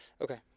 Okay